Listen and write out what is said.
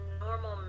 normal